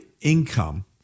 income